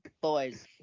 Boys